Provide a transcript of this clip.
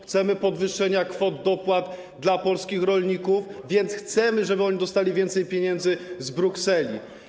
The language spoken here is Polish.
Chcemy podwyższenia kwot dopłat dla polskich rolników, chcemy, żeby oni dostali więcej pieniędzy z Brukseli.